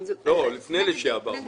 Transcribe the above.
לפני לשעבר.